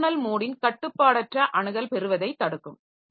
இது கெர்னல் மோடின் கட்டுப்பாடற்ற அணுகல் பெறுவதைத் தடுக்கும்